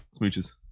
smooches